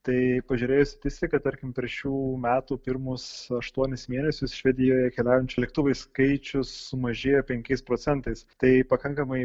tai pažiūrėjus į statistiką tarkim per šių metų pirmus aštuonis mėnesius švedijoje keliaujančių lėktuvais skaičius sumažėjo penkiais procentais tai pakankamai